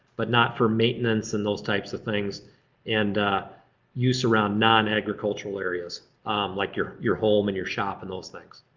but not for maintenance and those types of things and use around non-agricultural areas like your your home and your shop and those things.